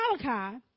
Malachi